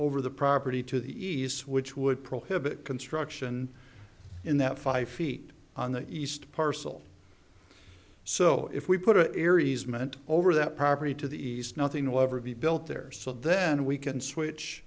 over the property to the east which would prohibit construction in that five feet on the east parcel so if we put the air easement over that property to the east nothing will ever be built there so then we can switch